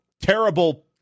terrible